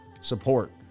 support